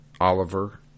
Oliver